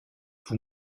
vous